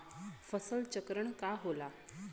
फसल चक्रण का होला?